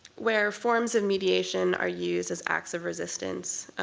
where forms of mediation are used as acts of resistance,